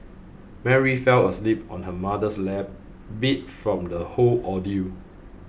Mary fell asleep on her mother's lap beat from the whole ordeal